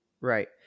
Right